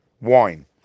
wine